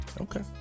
Okay